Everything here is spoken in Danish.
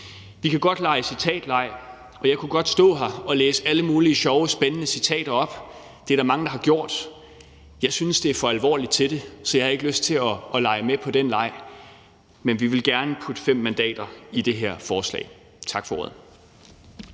Vi kan godt lege citatleg, og jeg kunne godt stå her og læse alle mulige sjove og spændende citater op. Det er der mange, der har gjort. Jeg synes, det er for alvorligt til det, så jeg har ikke lyst til at lege med på den leg. Men vi vil gerne putte fem mandater i det her forslag. Tak for ordet.